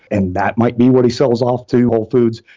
and that might be what he sells off to whole foods,